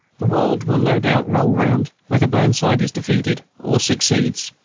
the world will no doubt roll round, whether burnside is defeated or succeeds.